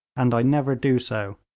and i never do so.